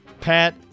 Pat